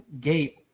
gate –